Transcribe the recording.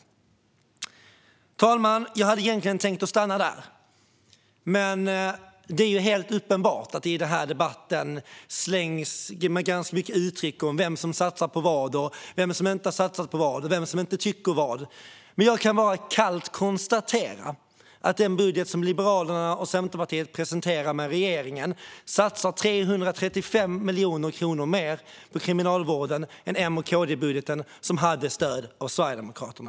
Fru talman! Jag hade egentligen tänkt stanna där. Men det är helt uppenbart att det i den här debatten svängs med ganska mycket uttryck som vem som satsar på vad, vem som inte satsar på vad och vem som inte tycker vad. Jag kan bara kallt konstatera att i den budget som Liberalerna och Centerpartiet presenterar tillsammans med regeringen satsas 335 miljoner kronor mer på Kriminalvården än i M och KD-budgeten som hade stöd av Sverigedemokraterna.